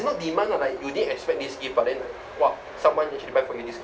not demand lah like you didn't expect this gift but then !wah! someone actually buy for you this